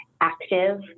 active